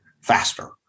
faster